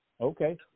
Okay